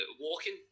walking